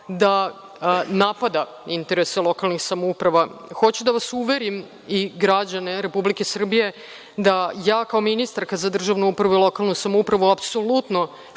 da napada interese lokalnih samouprava. Hoću da vas uverim, kao i građane Republike Srbije, da ja kao ministarka za državnu upravu i lokalnu samoupravu apsolutno